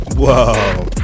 whoa